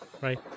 right